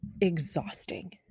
exhausting